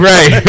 Right